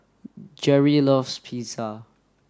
Gerry loves Pizza